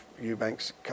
Eubanks